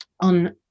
on